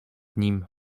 nim